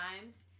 times